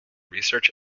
research